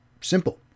simple